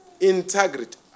Integrity